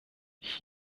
ich